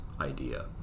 idea